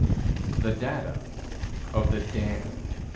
the data of the damned.